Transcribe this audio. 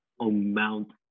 amount